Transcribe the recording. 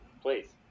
Please